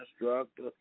instructor